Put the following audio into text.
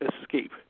escape